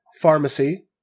pharmacy